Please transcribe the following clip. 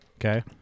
Okay